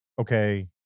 Okay